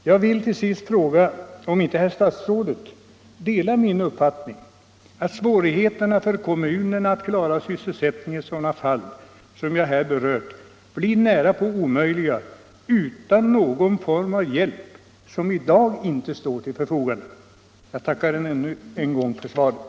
Jag vill till sist fråga om inte herr statsrådet delar min uppfattning att svårigheterna för kommunen att klara sysselsättningen i sådana fall som jag här berört blir nära nog oöverstigliga utan någon form av hjälp. Någon sådan står i dag inte till förfogande. Jag tackar ännu en gång för svaret.